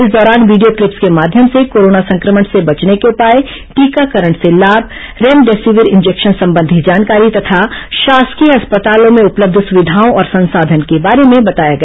इस दौरान video clips के माध्यम से कोरोना संक्रमण से बचने के उपाए टीकाकरण से लाभ रेमडेसिविर इंजेक्शन संबंधी जानकारी तथा शासकीय अस्पतालों में उपलब्ध सुविघाओं और संसाधन के बारे में बताया गया